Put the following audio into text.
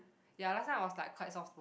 ya last time I was like quite soft